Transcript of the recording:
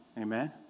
Amen